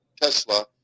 Tesla